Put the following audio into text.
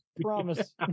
Promise